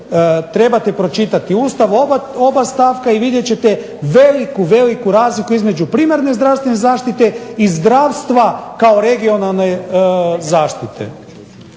trebate pročitati Ustav oba stavka i vidjet ćete veliku, veliku razliku između primarne zdravstvene zaštite i zdravstva kao regionalne zaštite.